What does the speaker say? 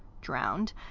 drowned